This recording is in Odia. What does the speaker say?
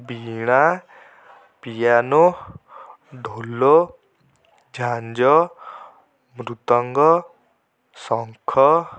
ବୀଣା ପିଆନୋ ଢ଼ୋଲ ଝାଞ୍ଜ ମୃଦଙ୍ଗ ଶଙ୍ଖ